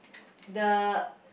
the